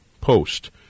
Post